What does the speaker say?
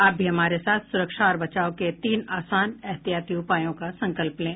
आप भी हमारे साथ सुरक्षा और बचाव के तीन आसान एहतियाती उपायों का संकल्प लें